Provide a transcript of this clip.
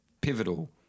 pivotal